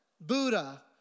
Buddha